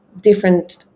different